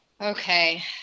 Okay